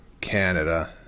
Canada